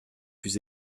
plus